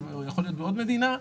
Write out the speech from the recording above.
ויכול להיות שבעוד מדינה,